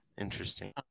Interesting